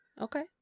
okay